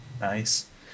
Nice